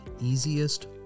easiest